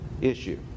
issue